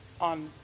on